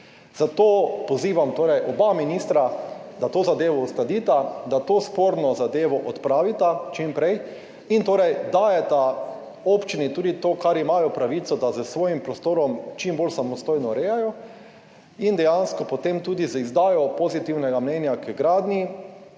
Zato pozivam torej oba ministra, da to zadevo uskladita, da to sporno zadevo odpravita čim prej in torej dajeta občini tudi to, kar imajo pravico, da s svojim prostorom čim bolj samostojno urejajo in dejansko potem tudi z izdajo pozitivnega mnenja k gradnji